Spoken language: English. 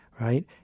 right